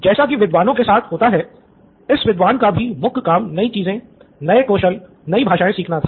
जैसा की विद्वानों के साथ होता है इस विद्वान का भी मुख्य काम नई चीजें नए कौशल नई भाषाएँ सीखना था